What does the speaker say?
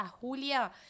Julia